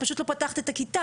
פשוט לא פתחת את הכיתה.